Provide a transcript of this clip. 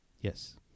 Yes